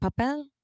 Papel